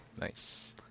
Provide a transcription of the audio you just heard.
Nice